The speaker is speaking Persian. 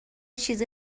چیزی